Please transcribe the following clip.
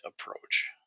approach